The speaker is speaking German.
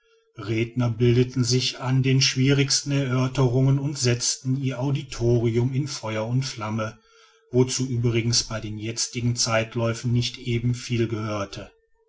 redner bildeten sich an den schwierigsten erörterungen und setzten ihr auditorium in feuer und flammen wozu übrigens bei den jetzigen zeitläuften nicht eben viel gehörte